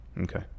Okay